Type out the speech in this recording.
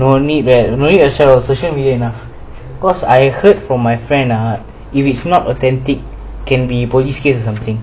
no need lah no need session really enough cause I heard from my friend ah if it's not authentic can be police case or something